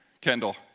Kendall